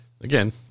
again